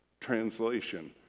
translation